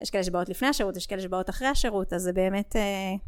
יש כאלה שבאות לפני השירות, יש כאלה שבאות אחרי השירות, אז זה באמת אההה...